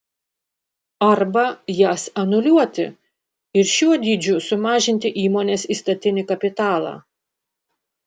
arba jas anuliuoti ir šiuo dydžiu sumažinti įmonės įstatinį kapitalą